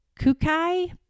Kukai